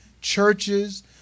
churches